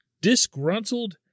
disgruntled